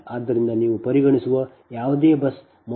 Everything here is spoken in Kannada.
ಆದ್ದರಿಂದ ನೀವು ಪರಿಗಣಿಸುವ ಯಾವುದೇ ಬಸ್ ಮೊದಲು ಹೊಸ ಬಸ್ ಆಗಿದೆ